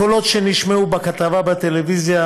הקולות שנשמעו בכתבה בטלוויזיה,